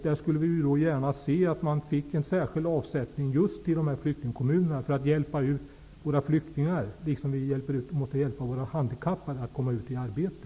Där skulle vi gärna se att man fick en särskild avsättning i just flyktingkommunerna för att hjälpa våra flyktingar liksom vi hjälper våra handikappade att komma ut i arbete.